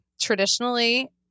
traditionally